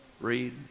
Read